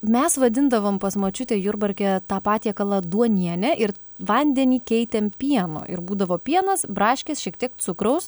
mes vadindavom pas močiutę jurbarke tą patiekalą duoniene ir vandenį keitėm pienu ir būdavo pienas braškės šiek tiek cukraus